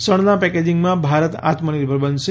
શણનાં પેકેજિંગમાં ભારત આત્મનિર્ભર બનશે